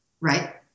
Right